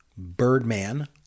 Birdman